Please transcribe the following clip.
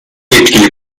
yetkili